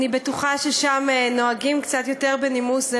אני בטוחה ששם נוהגים קצת יותר בנימוס זה